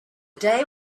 day